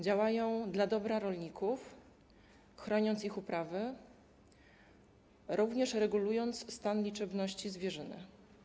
Działają dla dobra rolników, chroniąc ich uprawy, również regulując stan liczebności zwierzyny.